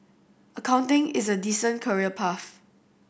accounting is a decent career path